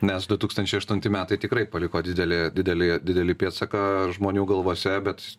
nes du tūkstančiai aštunti metai tikrai paliko didelį didelį didelį pėdsaką žmonių galvose bet